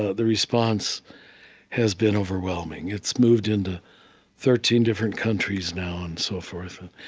ah the response has been overwhelming. it's moved into thirteen different countries now and so forth